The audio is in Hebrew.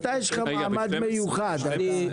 לך יש מעמד מיוחד.